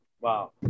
wow